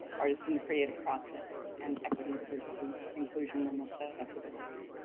artists and the creative process and equity, diversity, inclusion, and accessibility.